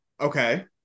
Okay